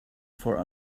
for